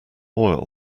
oil